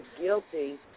guilty